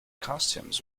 costumes